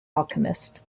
alchemist